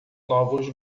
novos